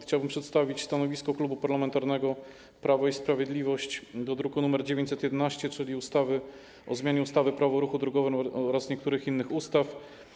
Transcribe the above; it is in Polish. Chciałbym przedstawić stanowisko Klubu Parlamentarnego Prawo i Sprawiedliwość wobec projektu z druku nr 911, czyli projektu ustawy o zmianie ustawy - Prawo o ruchu drogowym oraz niektórych innych ustaw.